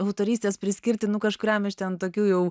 autorystės priskirti nu kažkuriam iš ten tokių jau